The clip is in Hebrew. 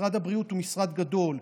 משרד הבריאות הוא משרד גדול.